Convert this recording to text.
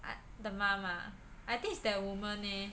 the mum ah I think is that woman eh